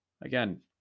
Again